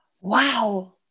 Wow